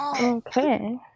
okay